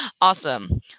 Awesome